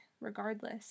regardless